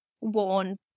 worn